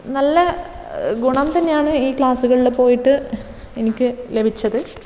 നല്ല ഗുണം തന്നെയാണ് ഈ ക്ലാസ്സുകളിൽ പോയിട്ട് എനിക്ക് ലഭിച്ചത്